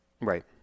Right